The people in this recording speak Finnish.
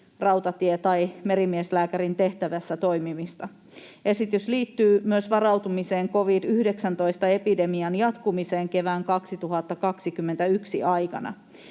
rautatie- tai merimieslääkärin tehtävässä toimimista. Esitys liittyy myös varautumiseen covid-19-epidemian jatkumiseen kevään 2021 aikana.